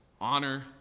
honor